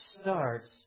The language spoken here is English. starts